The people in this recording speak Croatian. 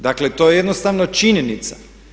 Dakle, to je jednostavno činjenica.